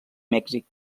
mèxic